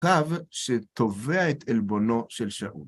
קו שטובע את אלבונו של שעות.